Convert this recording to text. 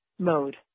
mode